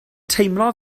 teimlo